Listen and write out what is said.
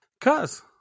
Cause